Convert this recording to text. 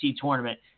tournament